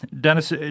Dennis